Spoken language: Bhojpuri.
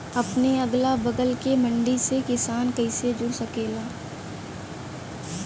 अपने अगला बगल के मंडी से किसान कइसे जुड़ सकेला?